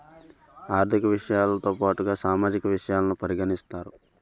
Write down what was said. ఆర్థిక విషయాలతో పాటుగా సామాజిక విషయాలను పరిగణిస్తారు